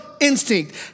Instinct